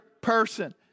person